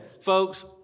Folks